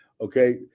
Okay